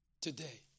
today